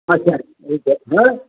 अस्तु अस्तु हा हा